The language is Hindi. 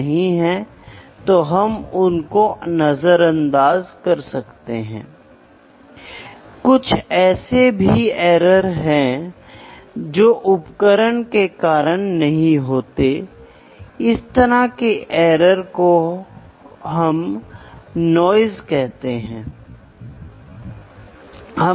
देखें कि क्या आप एक प्रक्रिया को स्वचालित करना चाहते हैं तो आपके पास एक माप उपकरण होना चाहिए जिसमें वास्तविक और वांछित प्रदर्शन के बीच मापा विसंगति की आवश्यकता होती है